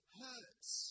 hurts